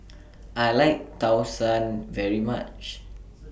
I like Tau Suan very much